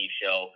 show